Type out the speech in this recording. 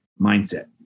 Mindset